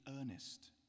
earnest